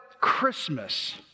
Christmas